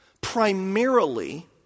primarily